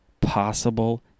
possible